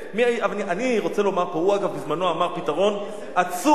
הוא, אגב, בזמנו אמר פתרון עצום.